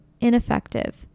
ineffective